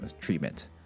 treatment